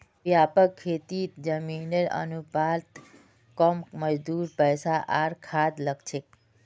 व्यापक खेतीत जमीनेर अनुपात कम मजदूर पैसा आर खाद लाग छेक